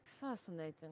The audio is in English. Fascinating